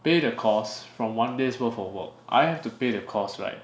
pay the costs from one day's worth of work I have to pay the cost like